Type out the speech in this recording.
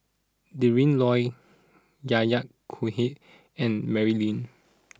Adrin Loi Yahya Cohen and Mary Lim